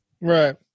Right